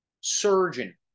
surgeon